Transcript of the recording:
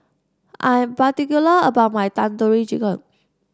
I'm particular about my Tandoori Chicken